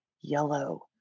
yellow